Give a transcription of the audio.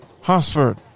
Hosford